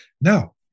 Now